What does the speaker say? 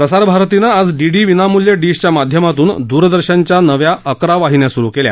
प्रसारभारतीनं आज डीडी विनामूल्य डीशच्या माध्यमातून दूरदर्शनच्या नव्या अकरा वाहिन्या सुरु केल्या